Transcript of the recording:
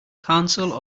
council